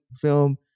film